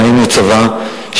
דהיינו צבא,